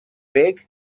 big